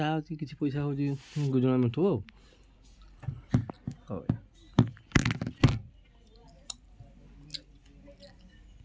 ଆମର ଯାହା କିଛି ପଇସା ହେଉଛି ଗୁଜୁରାଣ ମେଣ୍ଟାଉ ଆଉ